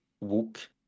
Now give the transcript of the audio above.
walk